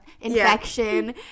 infection